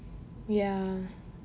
ya